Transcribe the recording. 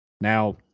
Now